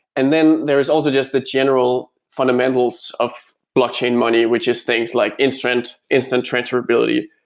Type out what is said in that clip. and then there's also just but general fundamentals of blockchain money, which is things like instant instant transfer ability,